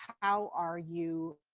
how are you